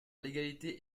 l’égalité